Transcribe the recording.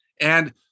And-